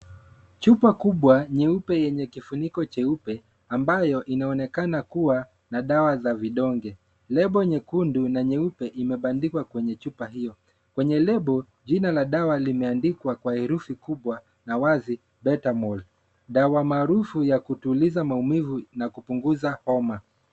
Chupa kubwa cheupe yenye kifuniko cheupe, ambayo inaonekana kuwa na dawa za vidonge. Lebo nyekundu na nyeupe ime bandibwa kwenye chupa hiyo. Kwenye lebo, jina na dawa limiandikwa kwa herufi kubwa na wazi, betamol. Dawa marufu ya kutuliza maumivu na kupunguza homa.